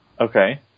Okay